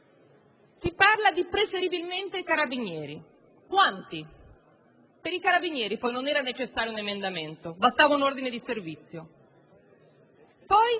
Si dice «preferibilmente carabinieri»: quanti? Per i carabinieri, poi, non era necessario un emendamento, bastava un ordine di servizio. Poi